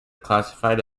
classified